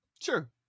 Sure